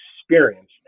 experience